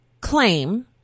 claim